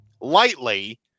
lightly